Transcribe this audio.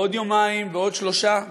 ועוד יומיים ועוד שלושה,